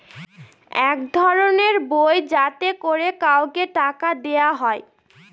এক ধরনের বই যাতে করে কাউকে টাকা দেয়া হয়